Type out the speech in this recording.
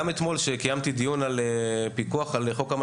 מעניין שגם אתמול עת קיימתי דיון על חוק המצלמות,